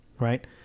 Right